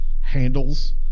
handles